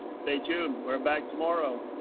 stay tuned. we're back tomorrow.